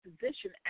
position